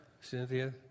Cynthia